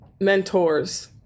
mentors